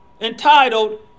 entitled